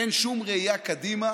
אין שום ראייה קדימה.